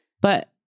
but-